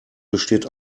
besteht